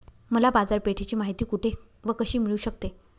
मला बाजारपेठेची माहिती कुठे व कशी मिळू शकते?